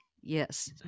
yes